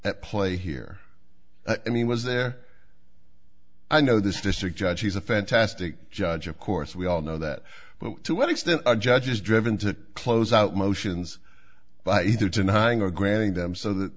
at play here i mean was there i know this district judge is a fantastic judge of course we all know that but to what extent a judge is driven to close out motions by either denying or granting them so that